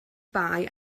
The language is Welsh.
bai